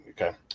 okay